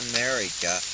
America